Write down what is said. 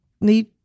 need